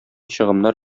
чыгымнар